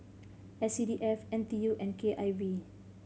S C D F N T U and K I V